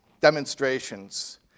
demonstrations